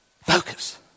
Focus